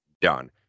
done